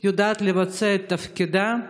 יודעת לבצע את תפקידה,